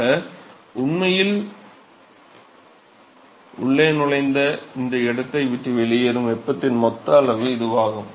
ஆக உண்மையில் உள்ளே நுழைந்து இந்த இடத்தை விட்டு வெளியேறும் வெப்பத்தின் மொத்த அளவு இதுவாகும்